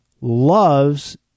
loves